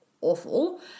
awful